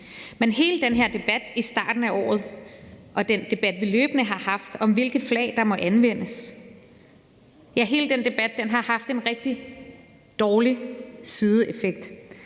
men hele den her debat i starten af året og den debat, vi løbende har haft, om, hvilke flag der må anvendes, har haft en rigtig dårlig sideeffekt.